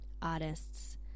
artists